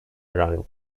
around